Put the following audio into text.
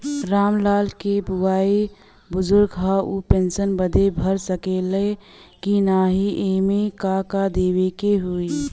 राम लाल के बाऊ बुजुर्ग ह ऊ पेंशन बदे भर सके ले की नाही एमे का का देवे के होई?